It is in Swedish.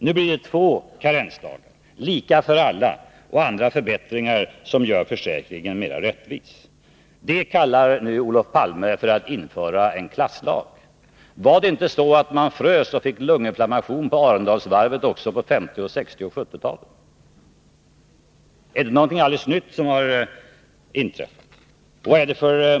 Nu blir det två karensdagar, lika för alla, och andra förbättringar som gör försäkringen mera rättvis. Det kallar nu Olof Palme för att införa en klasslag. Var det inte så att man frös och fick lugninflammation på Arendalsvarvet också på 1950 och 1960-talen?